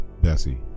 Bessie